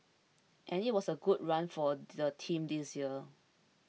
and it was a good run for the team this year